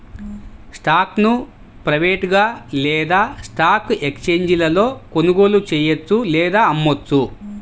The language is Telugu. స్టాక్ను ప్రైవేట్గా లేదా స్టాక్ ఎక్స్ఛేంజీలలో కొనుగోలు చెయ్యొచ్చు లేదా అమ్మొచ్చు